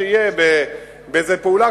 שיהיה באיזו פעולה,